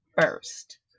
first